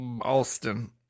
Alston